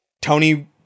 Tony